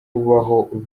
kubaho